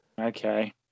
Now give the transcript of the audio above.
Okay